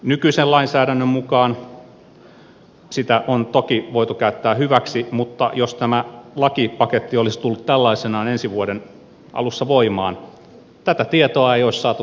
nykyisen lainsäädännön mukaan sitä on toki voitu käyttää hyväksi mutta jos tämä lakipaketti olisi tullut tällaisenaan ensi vuoden alussa voimaan tätä tietoa ei olisi saatu käyttää hyväksi